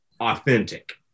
authentic